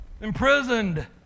imprisoned